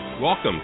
Welcome